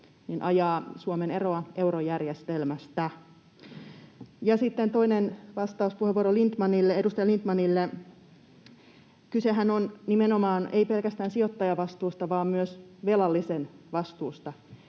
ajaa Suomen eroa eurojärjestelmästä? Ja sitten toinen vastauspuheenvuoro edustaja Lindtmanille: Kysehän on nimenomaan ei pelkästään sijoittajavastuusta vaan myös velallisen vastuusta,